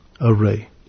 array